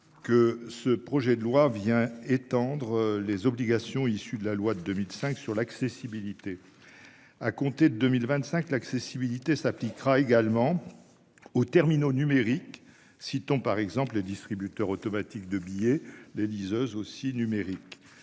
Que ce projet de loi vient étendre les obligations issues de la loi de 2005 sur l'accessibilité. À compter de 2025, l'accessibilité s'appliquera également. Aux terminaux numériques. Citons par exemple les distributeurs automatiques de billets des liseuses aussi numérique.